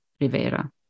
Rivera